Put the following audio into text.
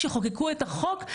כשחוקקו את החוק,